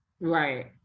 Right